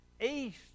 East